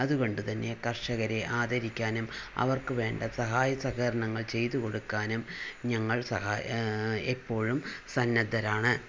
അതുകൊണ്ട് തന്നെ കര്ഷകരെ ആദരിക്കാനും അവര്ക്ക് വേണ്ട സഹായ സഹകരണങ്ങള് ചെയ്ത് കൊടുക്കാനും ഞങ്ങള് സഹായ എപ്പോഴും സന്നദ്ധരാണ്